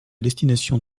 destination